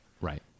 Right